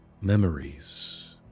memories